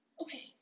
okay